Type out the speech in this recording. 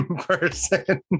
person